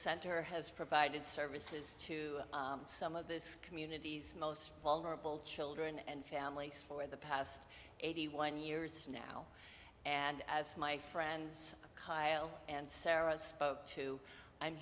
center has provided services to some of this communities most vulnerable children and families for the past eighty one years now and as my friends and farrah spoke to i'm